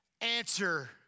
Answer